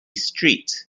street